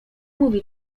mówi